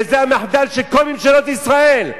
וזה המחדל של כל ממשלות ישראל.